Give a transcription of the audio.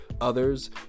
others